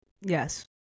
Yes